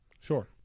Sure